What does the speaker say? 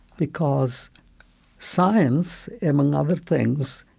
because science, among other things,